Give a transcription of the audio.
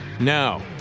Now